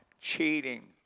cheating